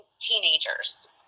teenagers